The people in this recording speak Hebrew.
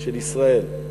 של ישראל.